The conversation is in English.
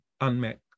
unmet